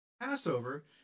Passover